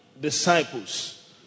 disciples